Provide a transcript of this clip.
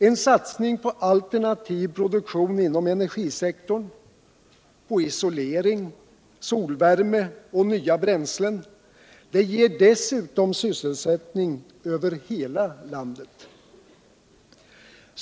En satsning på alternativ produktion inom energisektorn, på islering, solvärme och nya bränslen ger dessutom sysselsättning över hela landet.